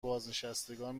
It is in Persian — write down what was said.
بازنشستگان